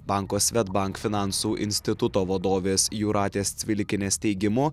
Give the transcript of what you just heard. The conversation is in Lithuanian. banko swedbank finansų instituto vadovės jūratės cvilikienės teigimu